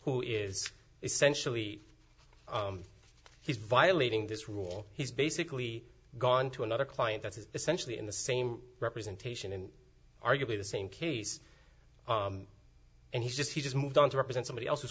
who is essentially he's violating this rule he's basically gone to another client that is essentially in the same representation in arguably the same case and he just he just moved on to represent somebody else